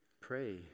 Pray